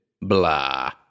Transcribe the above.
Blah